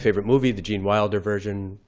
ah but movie, the gene wilder version,